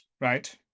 Right